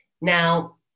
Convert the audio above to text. Now